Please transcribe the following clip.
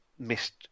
missed